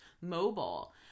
mobile